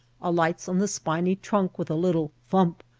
alights on the spiny trunk with a little thump,